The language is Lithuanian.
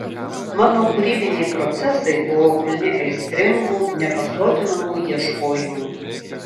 mano kūrybiniai procesai buvo pilni aistringų nepasotinamų ieškojimų